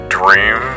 dream